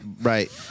right